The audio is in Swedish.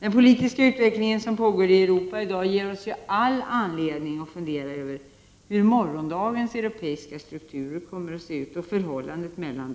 Den politiska utveckling som pågår i Europa i dag ger oss all anledning att fundera över hur morgondagens europeiska strukturer kommer att se ut och hur förhållandet mellan dem